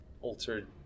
altered